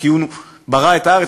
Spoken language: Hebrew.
כי הוא ברא את הארץ,